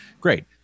Great